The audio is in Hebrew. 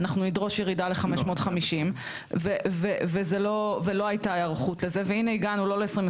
אנחנו נדרוש ירידה ל-550 ולא הייתה היערכות לזה והינה הגענו לא ל-2021,